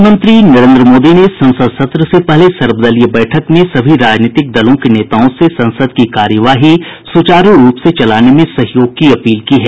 प्रधानमंत्री नरेंद्र मोदी ने संसद सत्र से पहले सर्वदलीय बैठक में सभी राजनीतिक दलों के नेताओं से संसद की कार्यवाही सुचारू रूप से चलाने में सहयोग की अपील की है